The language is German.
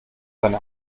seine